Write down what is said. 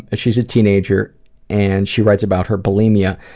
and she's a teenager and she writes about her bulimia.